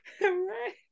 Right